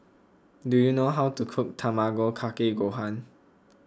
do you know how to cook Tamago Kake Gohan